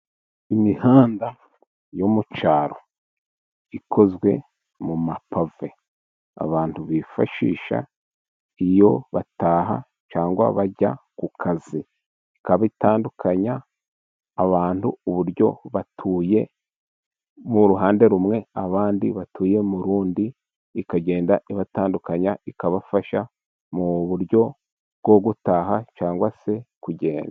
Imihanda yo mu cyaro ikozwe mu mapave, abantu bifashisha iyo bataha cyangwa bajya ku kazi, ikabitandukanya abantu uburyo batuye, mu ruhande rumwe abandi batuye mu rundi, ikagenda ibatandukanya ikabafasha mu buryo bwo gutaha cyangwa se kugenda.